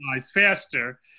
faster